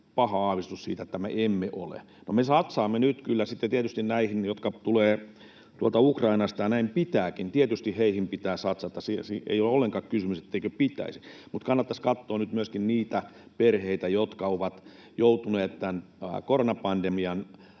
paha aavistus siitä, että me emme ole. No, me satsaamme kyllä tietysti näihin, jotka tulevat tuolta Ukrainasta, ja näin pitääkin. Tietysti heihin pitää satsata, ei ole ollenkaan kysymys, etteikö pitäisi. Mutta kannattaisi katsoa nyt myöskin niitä perheitä, jotka ovat joutuneet tämän koronapandemian